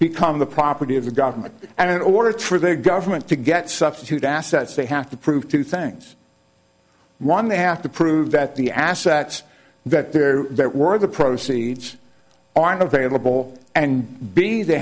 become the property of the government and in order through their government to get substitute assets they have to prove two things one they have to prove that the assets that they're that worth the proceeds aren't available and b they